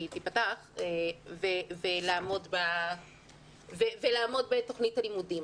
ולעמוד בתכנית הלימודים.